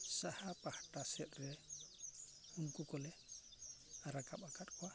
ᱥᱟᱦᱟ ᱯᱟᱦᱴᱟ ᱥᱮᱫ ᱨᱮ ᱩᱱᱠᱩ ᱠᱚᱞᱮ ᱨᱟᱠᱟᱵ ᱟᱠᱟᱫ ᱠᱚᱣᱟ